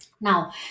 Now